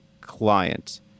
client